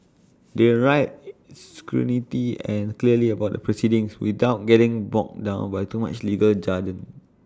they write succinctly and clearly about the proceedings without getting bogged down by too much legal jargon